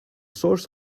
source